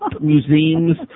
museums